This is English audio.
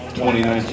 2019